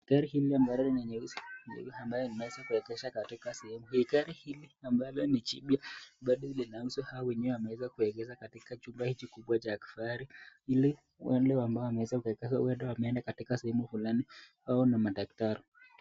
Gari hili ambalo lina nyeusi kidogo ambalo limeweza kuegeshwa katika sehemu hili. Gari hili ambalo ni jipya bado linauzwa au mwenyewe ameweza kuegesha katika chumba hiki kubwa cha kifahari ili wale ambao wameweza kuegeshwa huenda wameenda katika sehemu fulani au ni madaktari.